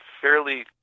fairly